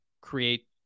create